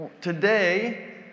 today